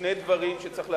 שני דברים שצריך להבהיר.